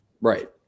Right